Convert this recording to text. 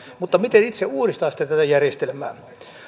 mutta miten itse uudistaisitte tätä järjestelmää